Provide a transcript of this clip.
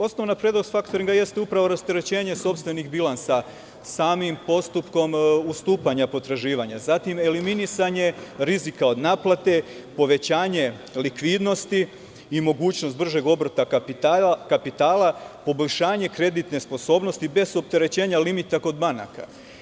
Osnovna prednost faktoringa jeste upravo rasterećenje sopstvenih bilansa, samim postupkom ustupanja potraživanja, zatim eliminisanje rizika od naplate, povećanje likvidnosti i mogućnost bržeg obrta kapitala, poboljšanje kreditne sposobnosti bez opterećenja limita kod banaka.